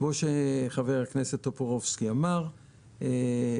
כמו שחבר הכנסת טופורובסקי אמר,